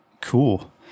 cool